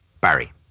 Barry